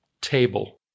table